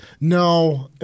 No